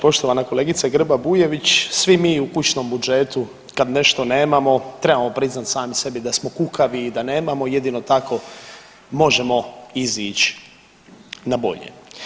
Poštovana kolegice Grba Bujević, svi mi u kućnom budžetu kad nešto nemamo trebamo priznat sami sebi da smo kukavi i da nemamo i jedino tako možemo izić na bolje.